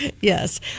yes